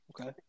Okay